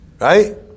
Right